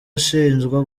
ashinjwa